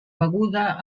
beguda